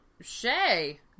Shay